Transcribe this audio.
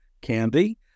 candy